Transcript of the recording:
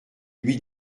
lui